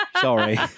sorry